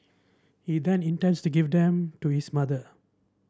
he then intends to give them to his mother